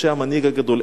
משה המנהיג הגדול,